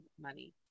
money